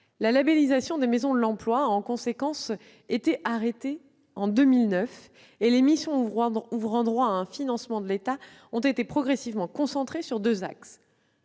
La labellisation des maisons de l'emploi a en conséquence été arrêtée en 2009, et les missions ouvrant droit à un financement de l'État ont été progressivement concentrées sur deux axes